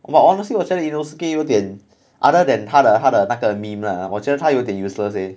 but honestly 我觉得 inosuke 有点 other than 它的它的那个 meme lah 我觉得他有点 useless eh